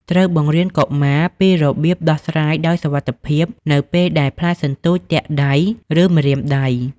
ត្រូវបង្រៀនកុមារពីរបៀបដោះស្រាយដោយសុវត្ថិភាព នៅពេលដែល ផ្លែសន្ទូចទាក់ដៃ ឬម្រាមដៃ។